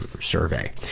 survey